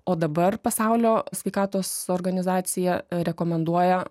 o dabar pasaulio sveikatos organizacija rekomenduoja